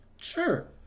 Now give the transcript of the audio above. Sure